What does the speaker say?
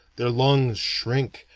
their lungs shrink,